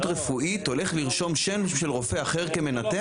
רפואית הולך לרשום שם של רופא אחר כמנתח?